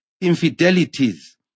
infidelities